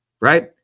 right